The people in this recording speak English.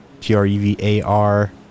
t-r-e-v-a-r